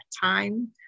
time